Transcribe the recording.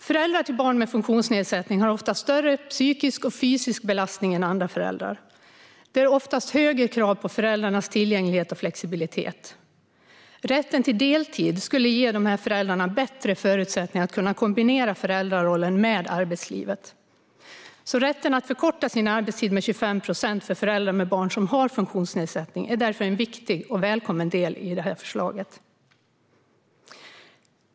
Föräldrar till barn med funktionsnedsättning har ofta större psykisk och fysisk belastning än andra föräldrar. Det ställs oftast högre krav på föräldrarnas tillgänglighet och flexibilitet. Rätten till deltid skulle ge dessa föräldrar bättre förutsättningar att kombinera föräldrarollen med arbetslivet. Rätten för föräldrar till barn med funktionsnedsättning att förkorta sin arbetstid med 25 procent är därför en viktig och välkommen del i det här förslaget.